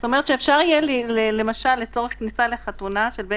זאת אומרת שאפשר יהיה למשל לצורך כניסה לחתונה של בן